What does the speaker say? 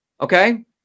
Okay